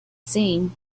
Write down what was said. seen